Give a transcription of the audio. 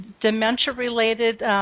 dementia-related